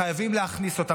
חייבים להכניס אותם.